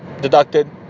deducted